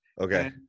Okay